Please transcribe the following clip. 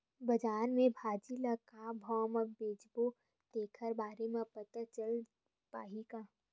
बजार में भाजी ल का भाव से बेचबो तेखर बारे में पता चल पाही का?